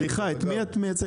סליחה, את מי את מייצגת?